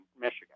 Michigan